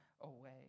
away